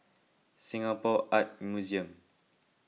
Singapore Art Museum